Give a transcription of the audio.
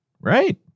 Right